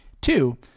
Two